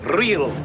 real